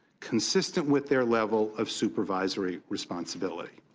consistent with their level of supervisory responsibility.